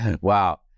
Wow